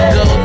go